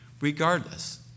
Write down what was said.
regardless